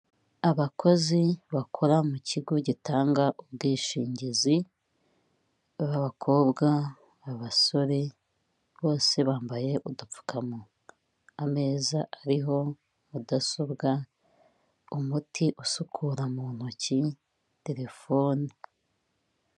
Abakozi bakora mu kigo gitanga ubwishingizi, ab'abakobwa, abasore bose bambaye udupfukamu, ameza ariho mudasobwa, umuti usukura mu ntoki, telefone.